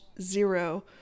zero